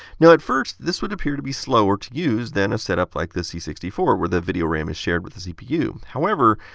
now, at first this would appear to be slower to use than a setup like the c six four where the video ram is shared with the cpu. however,